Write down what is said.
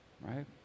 Right